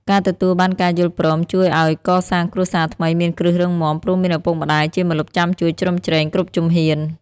ការទទួលបានការយល់ព្រមជួយឱ្យការកសាងគ្រួសារថ្មីមានគ្រឹះរឹងមាំ ព្រោះមានឪពុកម្ដាយជាម្លប់ចាំជួយជ្រោមជ្រែងគ្រប់ជំហាន។